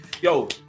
Yo